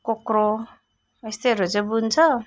कोक्रो यस्तैहरू चाहिँ बुन्छ